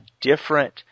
different –